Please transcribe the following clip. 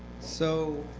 so